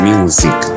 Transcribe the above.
Music